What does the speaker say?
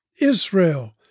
Israel